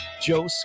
Joe